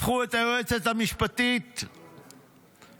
הפכו את היועצת המשפטית לאויב,